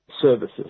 services